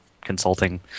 consulting